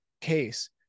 case